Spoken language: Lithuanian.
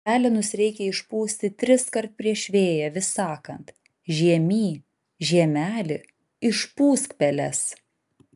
pelenus reikia išpūsti triskart prieš vėją vis sakant žiemy žiemeli išpūsk peles